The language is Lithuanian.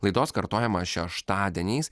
laidos kartojama šeštadieniais